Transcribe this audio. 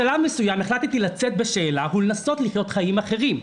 בשלב מסוים החלטתי לצאת בשאלה ולנסות לחיות חיים אחרים.